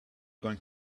going